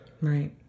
Right